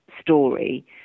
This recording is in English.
story